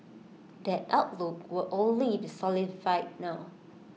that outlook will only be solidified now